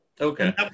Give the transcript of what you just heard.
Okay